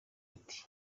ati